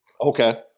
Okay